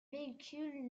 véhicules